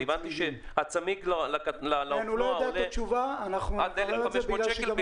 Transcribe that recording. אני הבנתי שהצמיג של הקטנוע עולה עד 1,500 שקל,